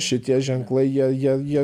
šitie ženklai jei jie jie